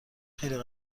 خیلی